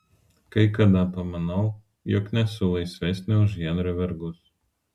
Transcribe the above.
kai kada pamanau jog nesu laisvesnė už henrio vergus